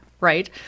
right